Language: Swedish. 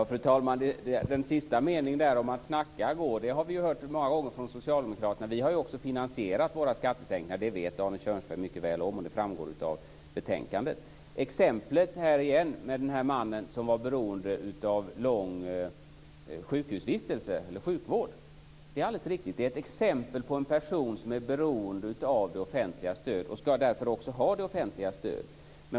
Fru talman! Den sista meningen om att det går att snacka har vi hört många gånger från socialdemokraterna. Vi har finansierat våra skattesänkningar. Det vet Arne Kjörnsberg. Det framgår av betänkandet. Det är alldeles riktigt att det finns ett exempel med mannen som var beroende av sjukvård. Det är alldeles riktigt att det är ett exempel på en person som är beroende av det offentligas stöd och skall därför också ha det offentligas stöd.